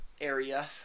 area